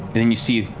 then you see